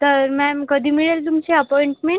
तर मॅम कधी मिळेल तुमची अपॉईंटमेंट